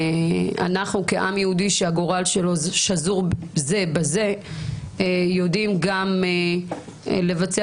אנחנו כעם יהודי שגורלו שזור זה בזה יודעים גם לבצע